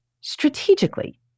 strategically